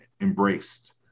embraced